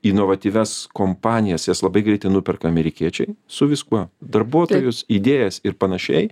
inovatyvias kompanijas jas labai greitai nuperka amerikiečiai su viskuo darbuotojus idėjas ir panašiai